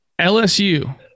LSU